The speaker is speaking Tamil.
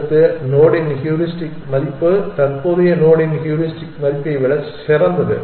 அடுத்த நோடின் ஹியூரிஸ்டிக் மதிப்பு தற்போதைய நோடின் ஹூரிஸ்டிக் மதிப்பை விட சிறந்தது